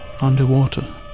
underwater